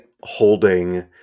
holding